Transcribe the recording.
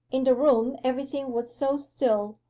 in the room everything was so still,